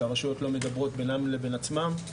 שהרשויות לא מדברות בינן לבין עצמן.